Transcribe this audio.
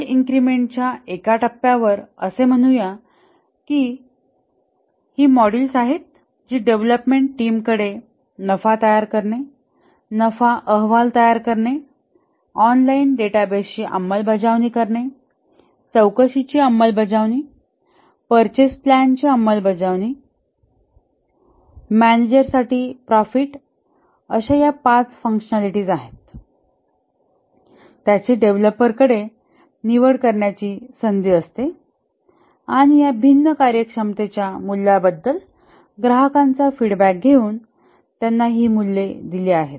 पुढील इन्क्रिमेंटच्या एका टप्प्यावर असे म्हणूया की ही मॉड्यूल्स आहेत जी डेव्हलपमेंट टीमकडे नफा तयार करणे नफा अहवाल तयार करणे ऑनलाइन डेटाबेसची अंमलबजावणी करणे चौकशीची अंमलबजावणी पर्चेस प्लॅन ची अंमलबजावणी मॅनेजर साठी प्रॉफिट अशा या पाच फँकशनलिटीज आहेत त्याची डेव्हलपर कडे निवड करण्याची संधी असते आणि या भिन्न कार्यक्षमतेच्या मूल्याबद्दल ग्राहकांचा फीडबॅक घेऊन त्यांनी ही मूल्ये दिली आहेत